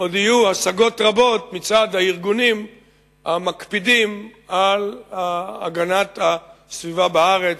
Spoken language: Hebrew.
עוד יהיו השגות רבות מצד הארגונים המקפידים על הגנת הסביבה בארץ,